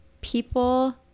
people